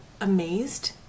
amazed